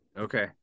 okay